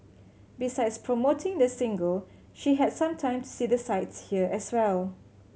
besides promoting the single she had some time to see the sights here as well